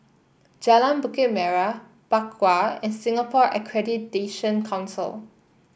Jalan Bukit Merah Bakau and Singapore Accreditation Council